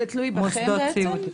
זה תלוי בכם בעצם?